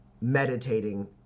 meditating